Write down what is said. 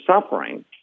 suffering